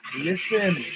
Listen